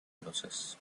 louses